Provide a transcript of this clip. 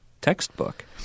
textbook